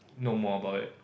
know more about it